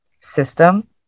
system